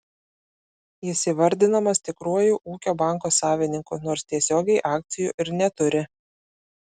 jis įvardinamas tikruoju ūkio banko savininku nors tiesiogiai akcijų ir neturi